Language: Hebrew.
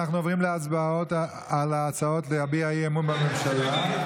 אנחנו עוברים להצבעות על ההצעות להביע אי-אמון בממשלה.